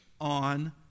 on